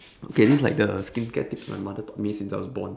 okay this like the skincare tips my mother taught me since I was born